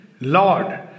Lord